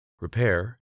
repair